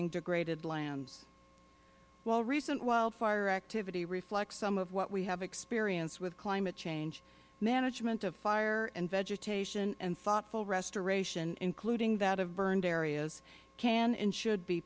degraded lands while recent wildfire activity reflects some of what we have experienced with climate change management of fire and vegetation and thoughtful restoration including that of burned areas can and should be